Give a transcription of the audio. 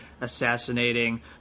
assassinating